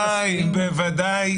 --- בוודאי.